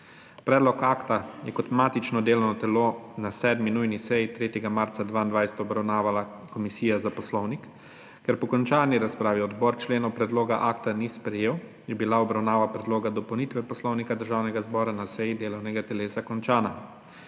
Predlog akta je kot matično delovno telo na 7. nujni seji 3. marca 2022 obravnavala Komisija za poslovnik. Ker po končani razpravi odbor členov predloga akta ni sprejel, je bila obravnava Predloga dopolnitve Poslovnika državnega zbora na seji delovnega telesa končana.